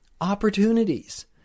opportunities